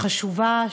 החשובה,